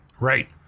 right